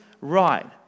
right